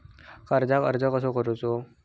कर्जाक अर्ज कसो करूचो?